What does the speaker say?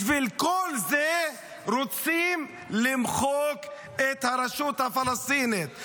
בשביל כל זה רוצים למחוק את הרשות הפלסטינית.